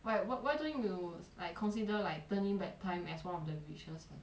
wh~ why don't you like consider like turning back time as one of the wishes